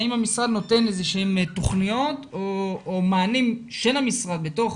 האם המשרד נותן איזה שהן תוכניות או מענים של המשרד בתוך